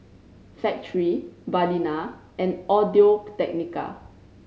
Factorie Balina and Audio Technica